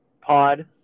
Pod